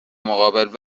مقابل